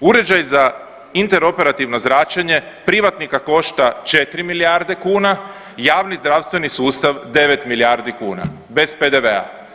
uređaj za interoperativno zračenje privatnika košta 4 milijarde kuna, javni zdravstveni sustav 9 milijardi kuna bez PDV-a.